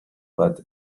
but